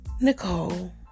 Nicole